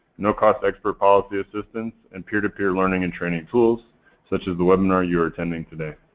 no-cost expert policy assistant and peer-to-peer learning and training tools such as the webinar you're attending today.